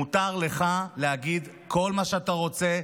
מותר לך להגיד כל מה שאתה רוצה,